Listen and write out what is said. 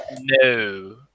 no